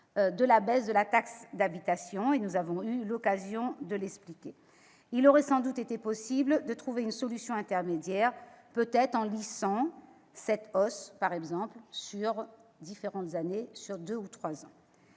de la baisse de la taxe d'habitation- nous avons eu l'occasion de l'expliquer. Il aurait sans doute été possible de trouver une solution intermédiaire, par exemple en lissant cette augmentation sur deux ou trois ans.